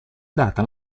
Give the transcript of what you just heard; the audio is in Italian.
data